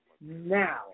now